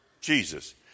Jesus